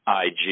IG